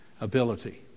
ability